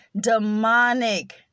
demonic